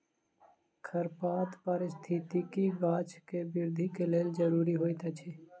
खरपात पारिस्थितिकी गाछ के वृद्धि के लेल ज़रूरी होइत अछि